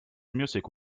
music